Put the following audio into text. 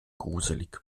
gruselig